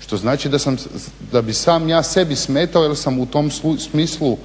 što znači da bih sam ja sebi smetao jer sam u tom smislu